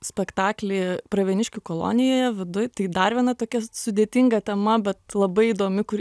spektaklį pravieniškių kolonijoje viduj tai dar viena tokia sudėtinga tema bet labai įdomi kur